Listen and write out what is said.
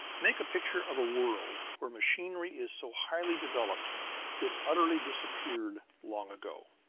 make a picture of a world where machinery is so highly developed it utterly disappeared long ago.